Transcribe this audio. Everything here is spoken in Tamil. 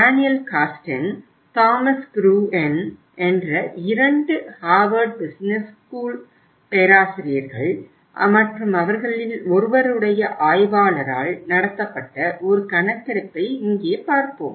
டேனியல் கார்ஸ்டென் தாமஸ் குருஎன் என்ற 2 ஹார்வர்ட் பிசினஸ் ஸ்கூல் பேராசிரியர்கள் மற்றும் அவர்களில் ஒருவருடைய ஆய்வாளரால் நடத்தப்பட்ட ஒரு கணக்கெடுப்பை இங்கேபார்ப்போம்